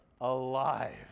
Alive